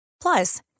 Plus